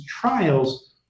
trials